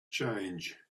change